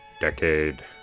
decade